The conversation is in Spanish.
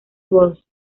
ross